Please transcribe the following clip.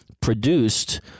produced